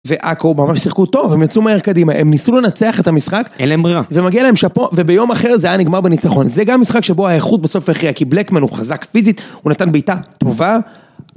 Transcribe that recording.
ועכו ממש שיחקו טוב, הם יצאו מהר קדימה, הם ניסו לנצח את המשחק, אין להם ברירה. ומגיע להם שאפו, וביום אחר זה היה נגמר בניצחון. זה גם משחק שבו האיכות בסוף הכריעה, כי בלקמן הוא חזק פיזית, הוא נתן בעיטה טובה.